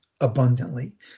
abundantly